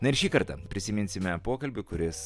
na ir šį kartą prisiminsime pokalbį kuris